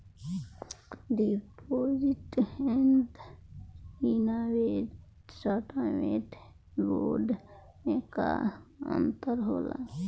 Deposit and investment bond मे का अंतर होला?